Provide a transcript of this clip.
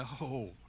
no